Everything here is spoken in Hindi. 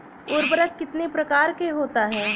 उर्वरक कितनी प्रकार के होता हैं?